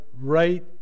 right